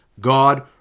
God